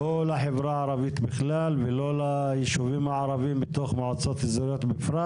לא לחברה הערבית בכלל ולא לישובים הערבים בתוך המועצות האזוריות בפרט,